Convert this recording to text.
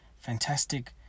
fantastic